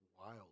wild